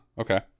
Okay